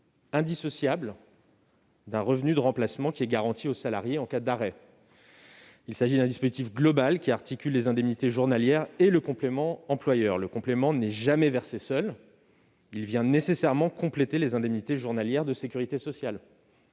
indissociables d'un revenu de remplacement garanti au salarié en cas d'arrêt. Il s'agit d'un dispositif global, qui articule les indemnités journalières et le complément employeur. Ce dernier n'est jamais versé seul : il vient nécessairement compléter les indemnités journalières de sécurité sociale.